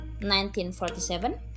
1947